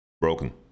Broken